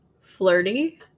flirty